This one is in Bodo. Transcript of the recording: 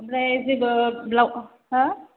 ओमफ्राय जेबो ब्लाव हो